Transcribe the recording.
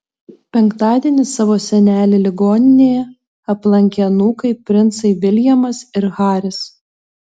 penktadienį savo senelį ligoninėje aplankė anūkai princai viljamas ir haris